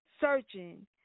Searching